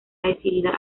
decidida